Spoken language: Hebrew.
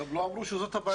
גם לא אמרו שזאת הבעיה.